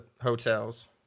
hotels